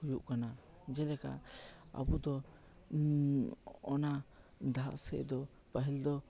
ᱦᱩᱭᱩᱜ ᱠᱟᱱᱟ ᱡᱮᱞᱮᱠᱟ ᱟᱵᱚ ᱫᱚ ᱚᱱᱟ ᱫᱟᱜ ᱥᱮᱡ ᱫᱚ ᱯᱟᱹᱦᱤᱞ ᱫᱚ